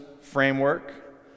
framework